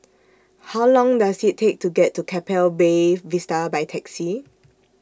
How Long Does IT Take to get to Keppel Bay Vista By Taxi